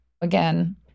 Again